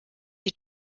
die